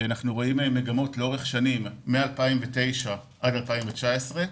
אנחנו רואים מגמות לאורך שנים, מ-2009 עד 2019,